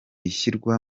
ishyirwa